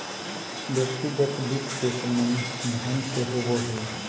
व्यक्तिगत वित्त के संबंध धन से होबो हइ